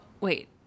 wait